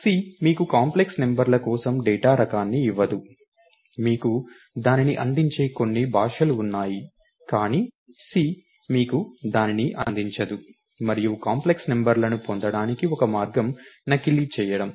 C మీకు complex నంబర్ల కోసం డేటా రకాన్ని ఇవ్వదు మీకు దానిని అందించే కొన్ని భాషలు ఉన్నాయి కానీ C మీకు దానిని అందించదు మరియు కాంప్లెక్స్ నంబర్లను పొందడానికి ఒక మార్గం నకిలీ చేయడం